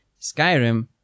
Skyrim